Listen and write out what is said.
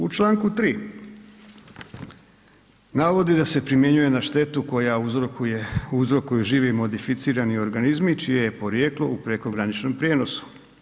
U Članku 3. navodi da se primjenjuje na štetu koja uzrokuju živi modificirani organizmi čije je porijeklo u prekograničnom prijenosu.